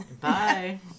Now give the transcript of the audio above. Bye